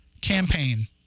campaign